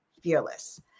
fearless